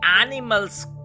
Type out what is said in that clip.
animal's